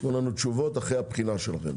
תנו לנו תשובות אחרי הבחינה שלכם.